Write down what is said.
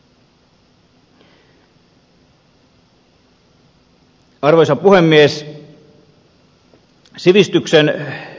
arvoisa puhemies